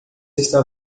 está